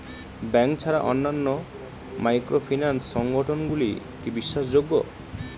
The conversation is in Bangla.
ব্যাংক ছাড়া অন্যান্য মাইক্রোফিন্যান্স সংগঠন গুলি কি বিশ্বাসযোগ্য?